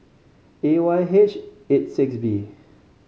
A Y H eight six B